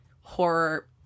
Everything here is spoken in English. horror